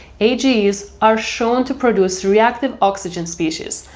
ages are shown to produce reactive oxygen species,